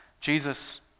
Jesus